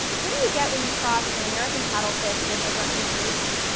what do you get when you cross an american paddlefish with a russian sturgeon?